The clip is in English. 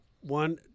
One